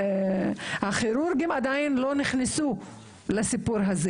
הכירורגים, שעדיין לא נכנסו לסיפור הזה